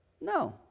No